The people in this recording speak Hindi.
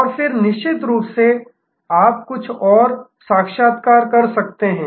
और फिर निश्चित रूप से आप कुछ और साक्षात्कार कर सकते हैं